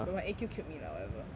but my A_Q killed me lah whatever